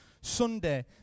Sunday